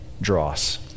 dross